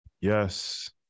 Yes